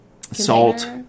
salt